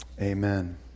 Amen